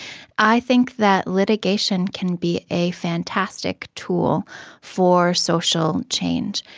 i think that litigation can be a fantastic tool for social change,